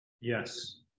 Yes